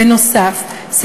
בנוסף לכך,